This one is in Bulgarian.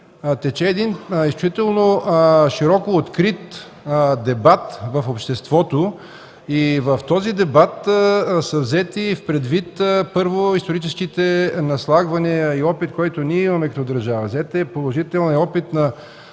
тече изключително широко открит дебат в обществото. В този дебат са взети предвид, първо, историческите наслагвания и опит, който ние имаме като държава,